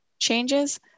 changes